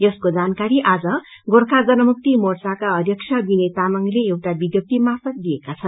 यसको जानकारी आज गोर्खा जनमुक्ति मोर्चाका अध्यक्ष विनय तामाङले एउटा विज्ञप्ती र्माफत दिएका छन्